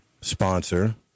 sponsor